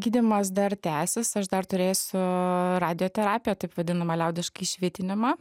gydymas dar tęsis aš dar turėsiu radioterapiją taip vadinamą liaudiškai švitinimą